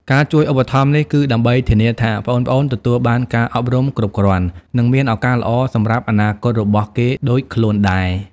ការជួយឧបត្ថម្ភនេះគឺដើម្បីធានាថាប្អូនៗទទួលបានការអប់រំគ្រប់គ្រាន់ និងមានឱកាសល្អសម្រាប់អនាគតរបស់គេ ដូចខ្លួនដែរ។